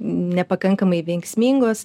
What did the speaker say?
nepakankamai veiksmingos